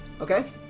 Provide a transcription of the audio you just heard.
Okay